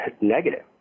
negative